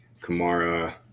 Kamara